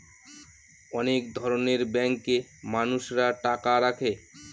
অনেক ধরনের ব্যাঙ্কে মানুষরা টাকা রাখে